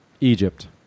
egypt